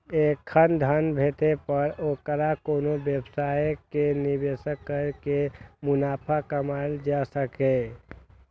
एखन धन भेटै पर ओकरा कोनो व्यवसाय मे निवेश कैर के मुनाफा कमाएल जा सकैए